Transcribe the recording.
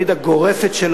הגורפת תמיד,